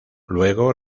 luego